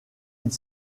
ils